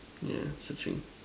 yeah searching